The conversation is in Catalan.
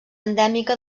endèmica